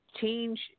change